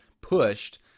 pushed